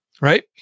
Right